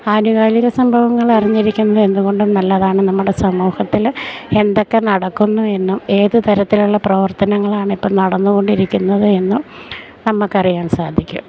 ആനുകാലിക സംഭവങ്ങൾ അറിഞ്ഞിരിക്കുന്നത് എന്തുകൊണ്ടും നല്ലതാണ് നമ്മുടെ സമൂഹത്തിൽ എന്തൊക്കെ നടക്കുന്നു എന്നും ഏത് തരത്തിലുള്ള പ്രവർത്തനങ്ങളാണ് ഇപ്പം നടന്നുകൊണ്ടിരിക്കുന്നത് എന്നും നമുക്കറിയാൻ സാധിക്കും